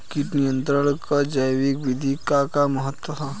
कीट नियंत्रण क जैविक विधि क का महत्व ह?